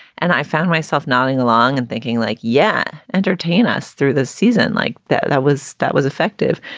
and i found myself nodding along and thinking like, yeah, entertain us through the season like that that was that was effective.